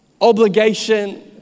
obligation